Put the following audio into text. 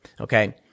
Okay